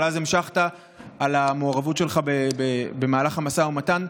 אבל אז המשכת על המעורבות שלך במהלך המשא ומתן: